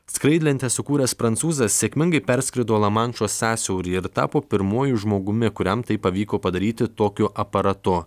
skraidlentę sukūręs prancūzas sėkmingai perskrido lamanšo sąsiaurį ir tapo pirmuoju žmogumi kuriam tai pavyko padaryti tokiu aparatu